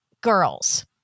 girls